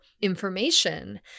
information